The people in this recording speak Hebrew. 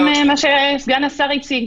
סגן השר הציג